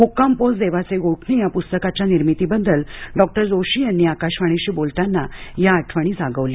मुक्काम पोस्ट देवाचे गोठणे या पुस्तकाच्या निर्मितीबद्दल डॉक्टर जोशी यांनी आकाशवाणीशी बोलताना या आठवणी जागवल्या